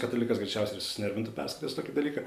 katalikas greičiausiai ir susinervintų perskaitęs tokį dalyką